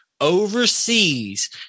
overseas